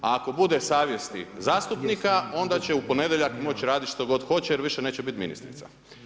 A ako bude savjesti zastupnika, onda će u ponedjeljak moći raditi što god hoće jer više neće biti ministrica.